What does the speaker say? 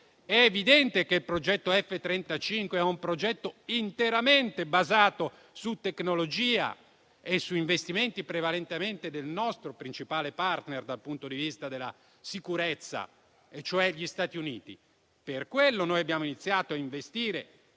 È evidente che il progetto F35 è interamente basato su tecnologia e su investimenti prevalentemente del nostro principale *partner* dal punto di vista della sicurezza, e cioè gli Stati Uniti. Per quello noi abbiamo iniziato a investire